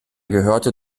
gehörte